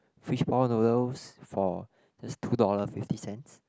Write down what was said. fishball noodles for just two dollars fifty cents